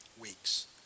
weeks